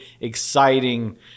exciting